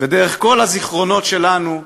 ודרך כל הזיכרונות שלנו בארץ-ישראל,